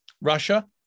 Russia